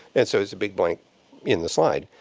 and so it's a big blank in the slide.